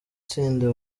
tsinda